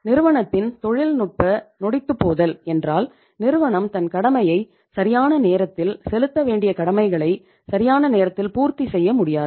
நிறுவனத்தின் தொழில்நுட்ப நொடித்துப்போதல் என்றால் நிறுவனம் தன் கடமையை சரியான நேரத்தில் செலுத்த வேண்டிய கடமைகளை சரியான நேரத்தில் பூர்த்தி செய்ய முடியாது